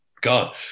God